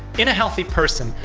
in a healthy person,